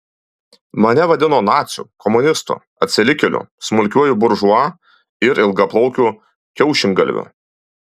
mane vadino naciu komunistu atsilikėliu smulkiuoju buržua ir ilgaplaukiu kiaušingalviu